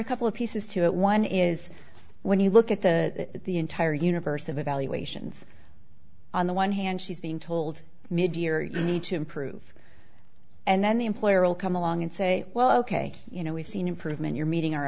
a couple of pieces to it one is when you look at the entire universe of evaluations on the one hand she's being told mid year you need to improve and then the employer will come along and say well ok you know we've seen improvement you're meeting our